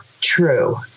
true